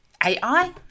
AI